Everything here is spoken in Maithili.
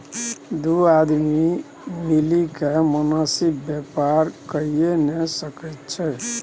दू आदमी मिलिकए मोनासिब बेपार कइये नै सकैत छै